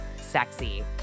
sexy